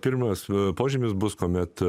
pirmas požymis bus kuomet